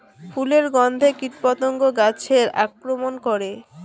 ফুলের গণ্ধে কীটপতঙ্গ গাছে আক্রমণ করে?